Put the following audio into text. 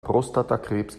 prostatakrebs